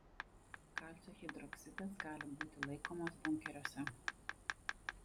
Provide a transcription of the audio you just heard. kalcio hidroksidas gali būti laikomas bunkeriuose